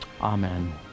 amen